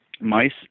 Mice